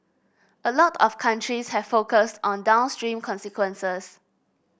a lot of countries have focused on downstream consequences